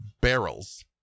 barrels